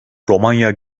romanya